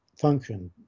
function